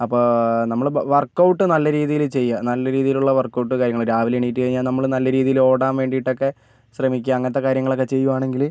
അപ്പം നമ്മൾ workout നല്ല രീതിയിൽ ചെയ്യുക നല്ല രീതിയിലുള്ള വർക്ക് ഔട്ട് കാര്യങ്ങളൊക്കെ രാവിലെ എണീറ്റ് കഴിഞ്ഞാൽ നമ്മൾ നല്ല രീതിയിലോടാൻ വേണ്ടിയിട്ടൊക്കെ ശ്രമിക്കുക അങ്ങനത്തെ കാര്യങ്ങളൊക്കെ ചെയ്യുകയാണെങ്കിൽ